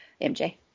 MJ